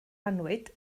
annwyd